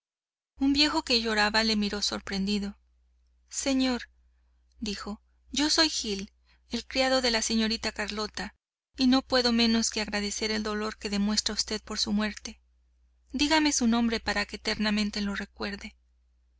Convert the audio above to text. un viejo que lloraba le miró sorprendido señor dijo yo soy gil el criado de la señorita carlota y no puedo menos de agradecer el dolor que demuestra usted por su muerte dígame su nombre para que eternamente lo recuerde